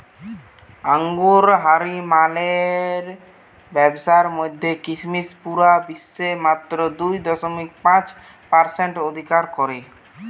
আঙুরহারি মালের ব্যাবসার মধ্যে কিসমিস পুরা বিশ্বে মাত্র দুই দশমিক পাঁচ পারসেন্ট অধিকার করে